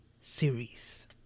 series